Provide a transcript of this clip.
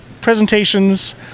presentations